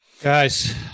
Guys